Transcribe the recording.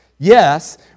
Yes